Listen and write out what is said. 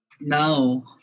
Now